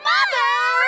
Mother